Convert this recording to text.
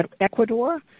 Ecuador